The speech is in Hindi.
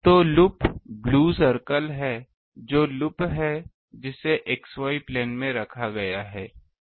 तो लूप ब्लू सर्कल है जो एक लूप है जिसे X Y प्लेन में रखा गया है